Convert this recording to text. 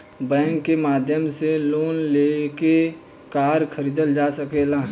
bank के माध्यम से लोन लेके कार खरीदल जा सकेला